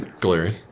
Glaring